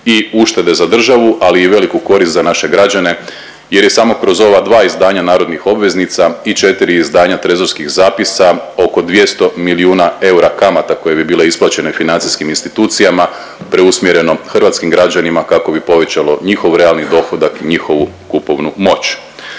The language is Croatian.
i uštede za državu, ali i veliku korist za naše građane jer je samo kroz ova 2 izdanja narodnih obveznica i 4 izdanja trezorskih zapisa oko 200 milijuna eura kamata koje bi bile isplaćene financijskim institucijama preusmjereno hrvatskim građanima kako bi povećalo njihov realni dohodak i njihovu kupovnu moć.